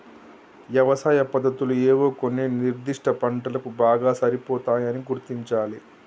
యవసాయ పద్దతులు ఏవో కొన్ని నిర్ధిష్ట పంటలకు బాగా సరిపోతాయని గుర్తించాలి